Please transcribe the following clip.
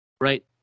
right